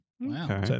Wow